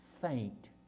faint